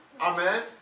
Amen